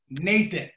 Nathan